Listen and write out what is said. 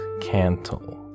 cantle